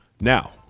Now